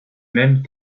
même